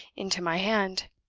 into my hand.